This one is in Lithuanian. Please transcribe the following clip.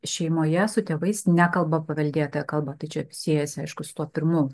šeimoje su tėvais nekalba paveldėtąja kalba tai čia siejasi aišku su tuo pirmu